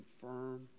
firm